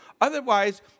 Otherwise